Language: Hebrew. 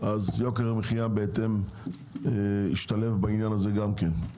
יוקר המחיה בהתאם ישתלב בכך גם כן.